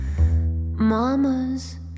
mama's